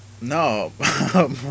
No